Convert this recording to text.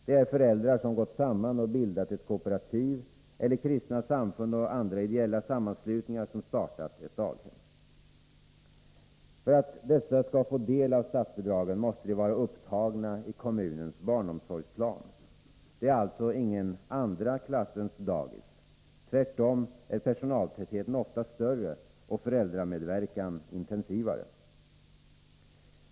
Det är föräldrar som gått samman och bildat ett kooperativ eller kristna samfund och andra ideella sammanslutningar som startat daghem. För att dessa skall få del av statsbidragen måste de vara upptagna i kommunens barnomsorgsplan. De är alltså inga andra klassens dagis. Tvärtom är personaltätheten ofta större och föräldramedverkan intensivare.